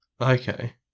Okay